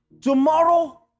tomorrow